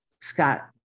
Scott